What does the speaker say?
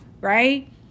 right